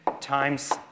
times